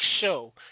show